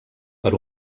per